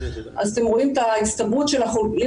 אז אתם רואים את ההצטברות של החולים